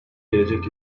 gelecek